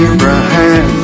Abraham